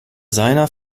seiner